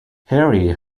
harry